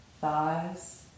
thighs